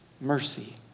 mercy